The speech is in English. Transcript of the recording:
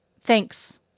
thanks